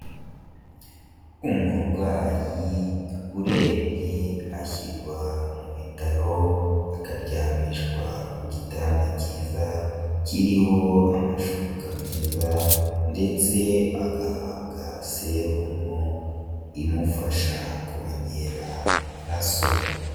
Umurwayi urembye ashyirwa mu bitaro akaryamishwa ku gitanda cyiza kiriho amashuka meza ndetse agahabwa serumo imufasha kongera amaraso.